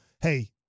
hey